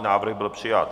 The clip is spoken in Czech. Návrh byl přijat.